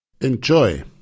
Enjoy